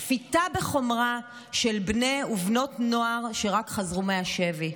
שפיטה בחומרה של בני ובנות נוער שרק חזרו מהשבי,